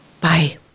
Bye